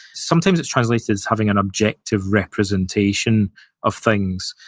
sometimes it translates as having an objective representation of things.